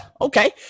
Okay